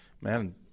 man